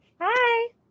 Hi